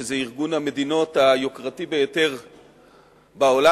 שזה ארגון המדינות היוקרתי ביותר בעולם,